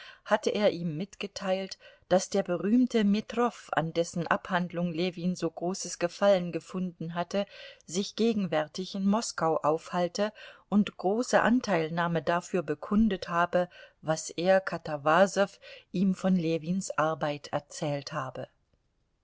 hatte er ihm mitgeteilt daß der berühmte metrow an dessen abhandlung ljewin so großes gefallen gefunden hatte sich gegenwärtig in moskau aufhalte und große anteilnahme dafür bekundet habe was er katawasow ihm von ljewins arbeit erzählt habe